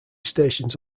stations